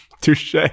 Touche